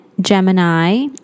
Gemini